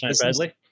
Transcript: Bradley